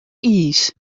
iis